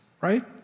right